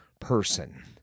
person